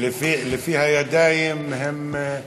לפי הידיים הם,